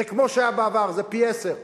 זה כמו שהיה בעבר, זה פי עשרה